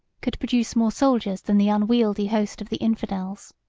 could produce more soldiers, than the unwieldy host of the infidels.